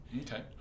okay